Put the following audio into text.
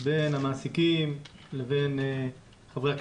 בין המעסיקים לבין חברי הכנסת,